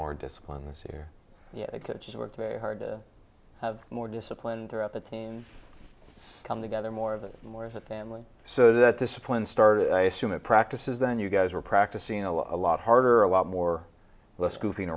more disciplined this year yet i just worked very hard to have more disciplined throughout the teens come together more of it more as a family so that discipline started i assume it practices then you guys were practicing a lot a lot harder a lot more less goofing